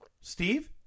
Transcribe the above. Steve